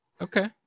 okay